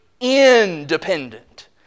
independent